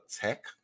Tech